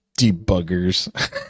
debuggers